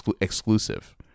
exclusive